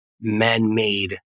man-made